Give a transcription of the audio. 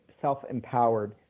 self-empowered